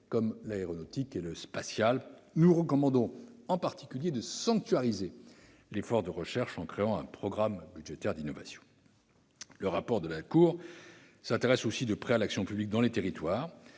comme l'aéronautique et le spatial. Nous recommandons, en particulier, de sanctuariser l'effort de recherche en créant un programme budgétaire d'innovation. Le rapport annuel de la Cour s'intéresse aussi de près à l'action publique dans les territoires,